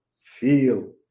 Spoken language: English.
feel